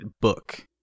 book